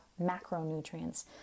macronutrients